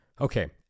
Okay